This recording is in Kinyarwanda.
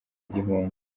gihunga